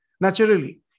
naturally